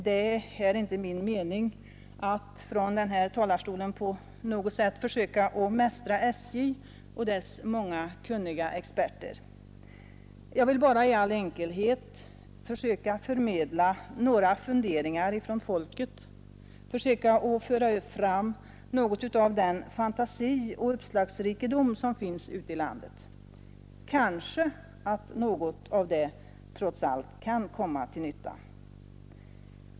Det är inte min mening att här från denna talarstol på något sätt försöka mästra SJ och dess många kunniga experter. Jag vill bara i all enkelhet försöka förmedla några funderingar från folket, försöka att föra fram något av den fantasi och uppslagsrikedom som finns ute i landet. Kanske att något av det trots allt kan komma till nytta.